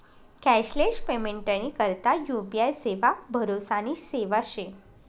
cashless पेमेंटनी करता UPI सेवा भरोसानी सेवा शे